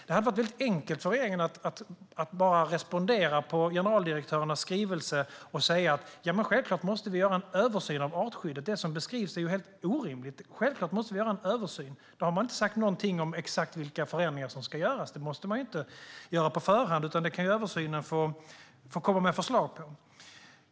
Det hade varit enkelt för regeringen att respondera på generaldirektörernas skrivelse och säga: Självklart måste vi göra en översyn av artskyddet, för det som beskrivs är helt orimligt. Man hade inte behövt säga någonting om exakt vilka förändringar som ska göras. Det måste man inte göra på förhand, utan det kan komma förslag på det i översynen.